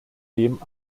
dem